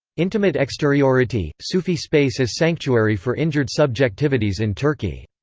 intimate exteriority sufi space as sanctuary for injured subjectivities in turkey.